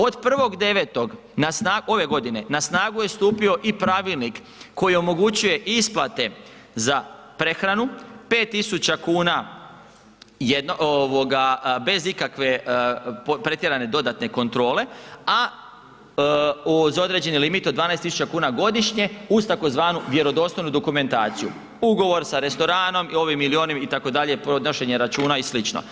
Od 1.9. ove godine na snagu je stupio i pravilnik koji omogućuje isplate za prehranu, 5.000 kuna je ovoga bez ikakve pretjerane dodatne kontrole, a za određeni limit od 12.000 kuna godišnje uz tzv. vjerodostojnu dokumentaciju, ugovor sa restoranom ovim ili onim itd., podnošenje računa i sl.